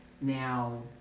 Now